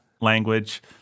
language